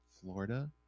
Florida